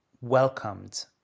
welcomed